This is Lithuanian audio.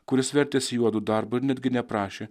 kuris vertėsi juodu darbu ir netgi neprašė